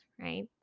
right